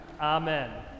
Amen